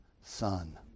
Son